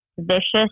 vicious